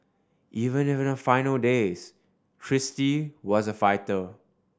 even final days Kristie was a fighter